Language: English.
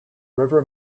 river